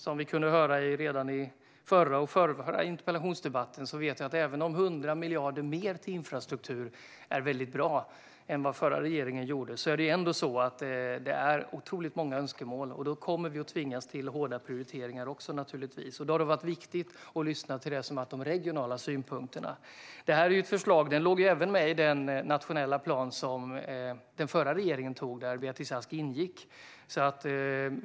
Som vi kunde höra redan i förra och förrförra interpellationsdebatten: Även om det är bra att det satsas 100 miljarder mer på infrastruktur än med den förra regeringen är det ändå så att de otroligt många önskemålen naturligtvis kommer att tvinga oss till hårda prioriteringar. Då har det varit viktigt att lyssna till de regionala synpunkterna. Det här är ett förslag som även låg med i den nationella plan som antogs av den förra regeringen, där Beatrice Ask ingick.